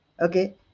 Okay